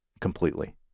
completely